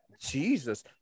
Jesus